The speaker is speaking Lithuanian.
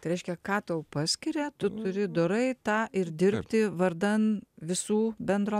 tai reiškia ką tau paskiria tu turi dorai tą ir dirbti vardan visų bendro